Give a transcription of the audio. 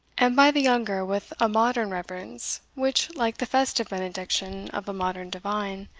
and by the younger with a modern reverence, which, like the festive benediction of a modern divine,